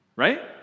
right